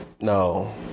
no